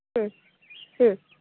ᱦᱩᱸ ᱦᱩᱸ